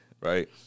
right